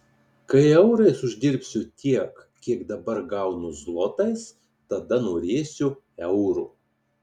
kai eurais uždirbsiu tiek kiek dabar gaunu zlotais tada norėsiu euro